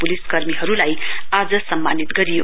पुलिसकर्मीहरूलाई आज सम्मानित गरियो